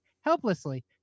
helplessly